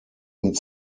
und